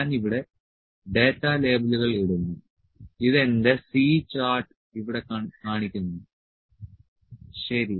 ഞാൻ ഇവിടെ ഡാറ്റ ലേബലുകൾ ഇടുന്നു ഇത് എന്റെ C ചാർട്ട് ഇവിടെ കാണിക്കുന്നു ശരി